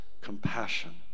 compassion